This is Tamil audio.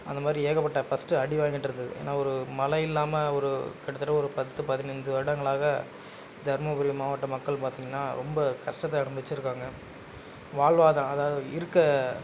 அந்த மாதிரி ஏகப்பட்ட ஃபஸ்ட்டு அடி வாங்கிட்ருந்துது ஏன்னால் ஒரு மழை இல்லாமல் ஒரு கிட்டத்தட்ட ஒரு பத்து பதினைந்து வருடங்களாக தருமபுரி மாவட்ட மக்கள் பார்த்தீங்கன்னா ரொம்ப கஷ்டத்தை அனுபவிச்சுருக்காங்க வாழ்வாதாரம் அதாவது இருக்கற